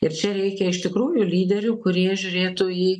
ir čia reikia iš tikrųjų lyderių kurie žiūrėtų į